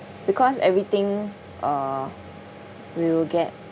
because everything uh we will get